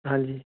ਹਾਂਜੀ